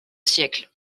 siècle